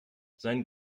sein